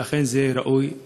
ואכן זה ראוי לציון.